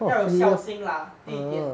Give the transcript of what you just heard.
要有孝心 lah 第一点